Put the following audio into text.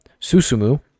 Susumu